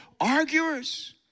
arguers